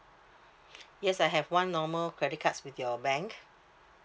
yes I have one normal credit cards with your bank